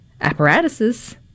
apparatuses